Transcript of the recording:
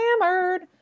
hammered